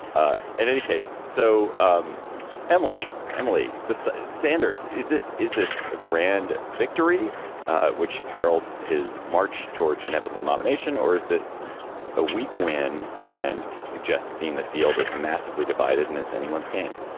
ah in any case. so, um emily, emily, the sanders is this is this a grand victory which heralds his march towards inevitable nomination or is this a weak win and suggest, dean, the field is massively divided and it's anyone's game